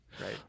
Right